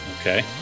Okay